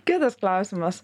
kitas klausimas